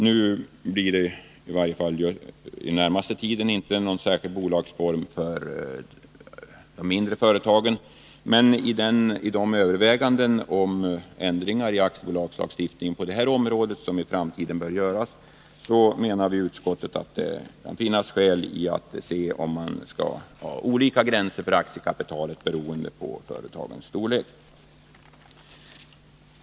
Nu blir det i varje fall inte under de närmaste åren någon särskild bolagsform för de mindre företagen. Men vi menar i utskottet att i de överväganden om ändringar i aktiebolagslagstiftningen som i framtiden bör göras kan det finnas skäl att se om man skall ha olika gränser för aktiekapitalet beroende på företagens storlek.